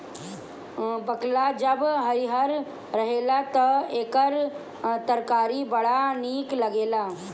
बकला जब हरिहर रहेला तअ एकर तरकारी बड़ा निक लागेला